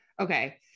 okay